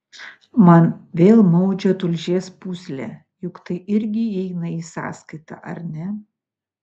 man vėl maudžia tulžies pūslę juk tai irgi įeina į sąskaitą ar ne